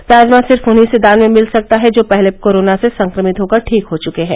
plasma सिर्फ उन्हीं से दान में मिल सकता है जो पहले कोरोना से संक्रमित होकर ठीक हो चुके है